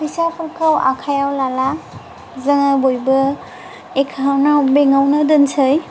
फैसाफोरखौ आखाइयाव लाला जोङो बयबो एकाउन्टआव बेंकआवनो दोनसै